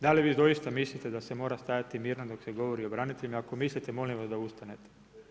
Da li vi doista mislite da mora stajati mirno dok se govori o braniteljima, ako mislite molim vas da ustanete.